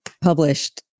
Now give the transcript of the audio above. published